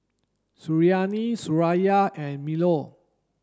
Suriani Suraya and Melur